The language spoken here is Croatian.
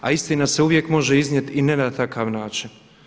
A istina se uvijek može iznijeti i ne na takav način.